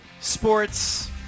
sports